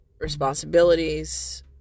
responsibilities